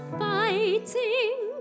fighting